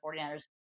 49ers